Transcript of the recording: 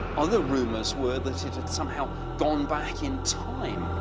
other rumors were that it had somehow gone back in time.